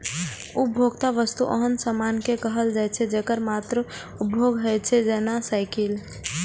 उपभोक्ता वस्तु ओहन सामान कें कहल जाइ छै, जेकर मात्र उपभोग होइ छै, जेना साइकिल